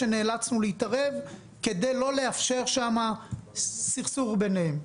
שנאלצנו להתערב כדי לא לאפשר סכסוך ביניהם.